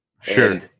Sure